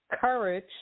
courage